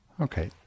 Okay